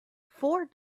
four